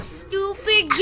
stupid